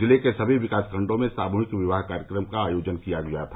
जिले के सभी विकास खण्डों में सामूहिक विवाह कार्यक्रम का आयोजन किया गया था